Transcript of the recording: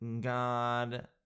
God